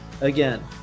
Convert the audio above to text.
Again